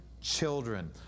children